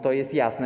To jest jasne.